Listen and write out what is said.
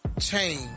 chain